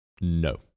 No